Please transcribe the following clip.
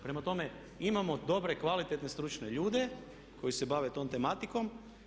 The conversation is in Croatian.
Prema tome, imamo dobre, kvalitetne stručne ljude koji se bave tom tematikom.